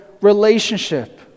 relationship